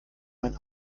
mein